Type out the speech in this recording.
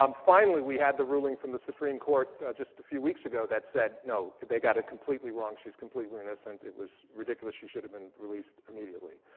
um finally, we had the ruling from the supreme court just a few weeks ago that said, no, they got it completely wrong. she's completely innocent. it was ridiculous. she should have been released immediately.